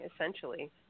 essentially